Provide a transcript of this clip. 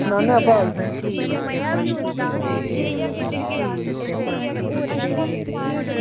सनाना भाव तुसेंगी